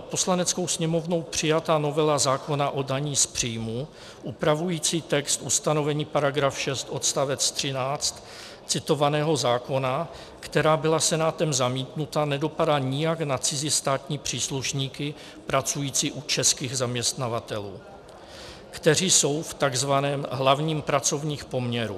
Poslaneckou sněmovnou přijatá novela zákona o dani z příjmů upravující text ustanovení § 6 odst. 13 citovaného zákona, která byla Senátem zamítnuta, nedopadá nijak na cizí státní příslušníky pracující u českých zaměstnavatelů, kteří jsou v tzv. hlavním pracovním poměru.